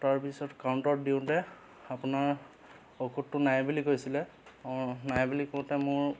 তাৰপিছত কাউণ্টাৰত দিওঁতে আপোনাৰ ঔষধটো নাই বুলি কৈছিলে অঁ নাই বুলি কওঁতে মোৰ